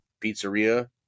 pizzeria